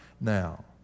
now